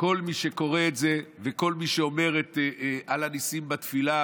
כל מי שקורא את זה וכל מי שאומר את "על הניסים" בתפילה,